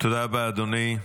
תודה רבה, אדוני.